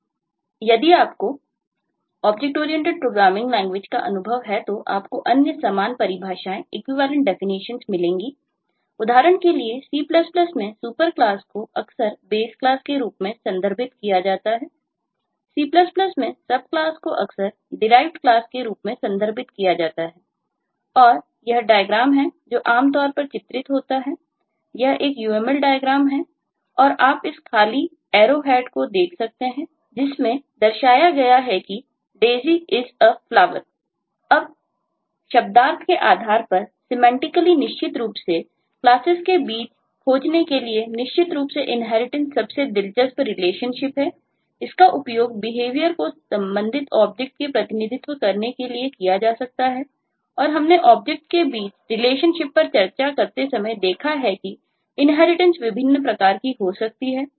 यदि आपको OOP programming language का अनुभव है तो आपको अन्य सामान परिभाषाएंइक्विवेलेंट डेफिनेशंस को देख सकते हैं जिसमें दर्शाया गया है कि Daisy IS A Flower अब शब्दार्थ के आधार परसिमेंटीकली हो सकती है